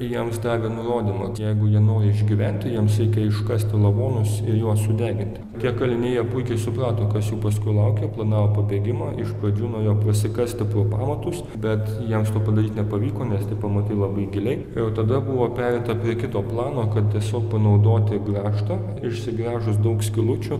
jiems davė nurodymą jeigu jie nori išgyventi jiems reikia iškasti lavonus ir juos sudeginti tie kaliniai jie puikiai suprato kas jų paskui laukia planavo pabėgimą iš pradžių norėjo prasikasti pro pamatus bet jiems to padaryt nepavyko nes tie pamatai labai giliai jau tada buvo pereita prie kito plano kad tiesiog panaudoti grąžtą išsigręžus daug skylučių